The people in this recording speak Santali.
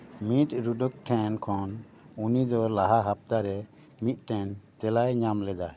ᱢᱤᱫ ᱨᱩᱰᱚᱠ ᱴᱷᱮᱱ ᱠᱷᱚᱱ ᱩᱱᱤ ᱫᱚ ᱞᱟᱦᱟ ᱦᱟᱯᱛᱟᱨᱮ ᱢᱤᱫᱴᱮᱱ ᱛᱮᱞᱟᱭ ᱧᱟᱢ ᱞᱮᱫᱟ